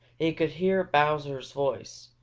he could hear bowser's voice,